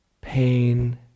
pain